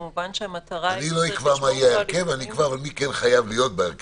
כמובן שהמטרה היא שצריך לשמור פה על איזונים.